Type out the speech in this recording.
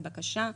לבקשה,